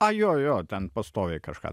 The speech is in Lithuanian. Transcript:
a jo jo ten pastoviai kažką